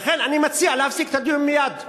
ולכן אני מציע להפסיק את הדיון מייד.